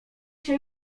się